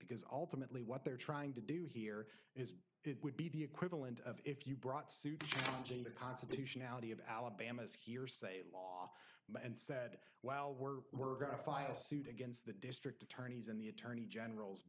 because ultimately what they're trying to do here is it would be the equivalent of if you brought suit jane the constitutionality of alabama's hearsay law and said well we're going to file a suit against the district attorneys and the attorney general's